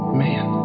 man